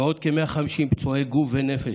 ועוד כ-150 פצועי גוף ונפש,